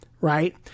right